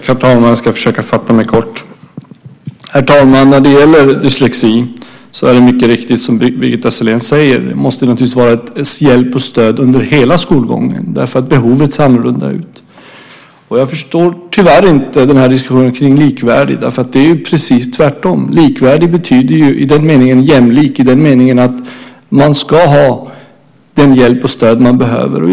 Herr talman! Jag ska försöka fatta mig kort. När det gäller dyslexi är det mycket riktigt som Birgitta Sellén säger: Det måste naturligtvis ges hjälp och stöd under hela skolgången eftersom behoven ser annorlunda ut. Jag förstår tyvärr inte diskussionen kring ordet "likvärdig". Det är ju precis tvärtom: Likvärdig betyder jämlik i den meningen att man ska ha den hjälp och det stöd man behöver.